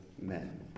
men